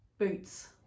boots